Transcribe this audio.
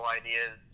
ideas